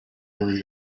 area